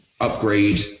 upgrade